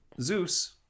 Zeus